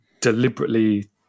deliberately